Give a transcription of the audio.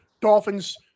Dolphins